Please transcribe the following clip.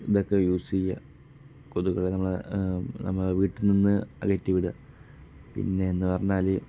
ഇതൊക്കെ യൂസ് ചെയ്യുക കൊതുകുകളെ നമ്മളെ നമ്മളെ വീട്ടിൽ നിന്ന് അകറ്റി വിടുക പിന്നെ എന്ന് പറഞ്ഞാൽ